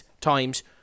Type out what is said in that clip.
times